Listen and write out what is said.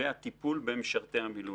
והטיפול במשרתי המילואים.